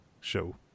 show